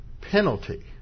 penalty